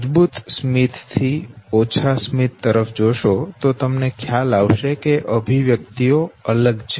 મજબૂત સ્મિત થી ઓછા સ્મિત તરફ જોશો તો તમને ખ્યાલ આવશે છે કે અભિવ્યક્તિઓ અલગ છે